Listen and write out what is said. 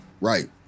right